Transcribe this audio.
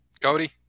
Cody